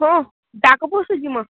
ହଁ back office ଯିମା